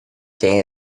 day